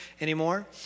anymore